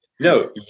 No